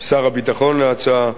שר הביטחון להצעה,